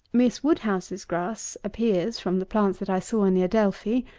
miss woodhouse's grass appears, from the plants that i saw in the adelphi,